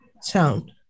sound